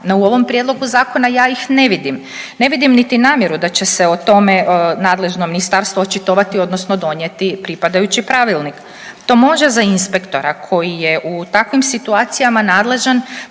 u ovom prijedlogu zakona ja ih ne vidim, ne vidim niti namjeru da će se o tome nadležno ministarstvo očitovati odnosno donijeti pripadajući pravilnik. To može za inspektora koji je u takvim situacijama nadležan